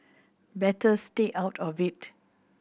better stay out of it